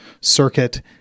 circuit